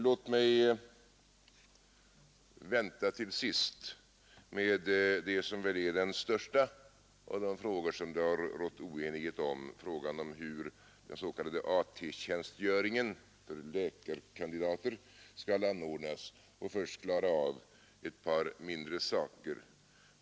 Låt mig emellertid vänta till sist med vad som väl är den största av de frågor som det har rått oenighet om, nämligen frågan om hur den s.k. AT-tjänstgöringen för läkarkandidater skall anordnas, och först klara av ett par mindre saker.